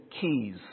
keys